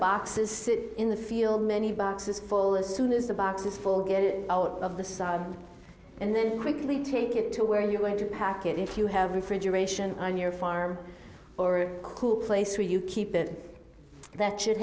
boxes sit in the field many boxes full as soon as the box is full get it out of the side and then quickly take it to where you want to pack it if you have refrigeration on your farm or cool place where you keep it that should